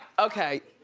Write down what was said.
okay.